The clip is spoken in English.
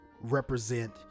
represent